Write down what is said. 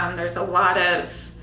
um there's a lot of,